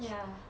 ya